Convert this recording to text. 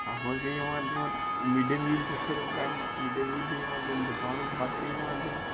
تَتھ منٛز چھِ یِوان تِمن مِڈ ڈیے میٖل تہِ سٔرٕو کَرنہٕ مِڈ ڈیے میٖل تہِ یِوان دِنہٕ دُپٔہرُک بَتہٕ تہِ یِوان دِنہٕ